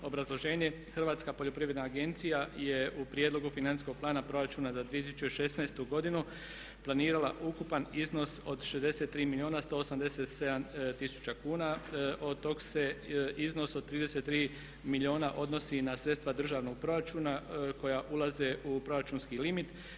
Obrazloženje, Hrvatska poljoprivredna agencija je u prijedlogu financijskog plana Proračuna za 2016. godinu planirala ukupan iznos od 63 milijuna 187 tisuća kuna, od tog se iznos od 33 milijuna odnosi na sredstva državnog proračuna koja ulaze u proračunski limit.